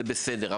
זה בסדר.